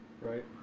right